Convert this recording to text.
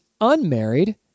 unmarried